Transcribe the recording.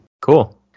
cool